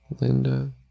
Linda